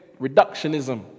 reductionism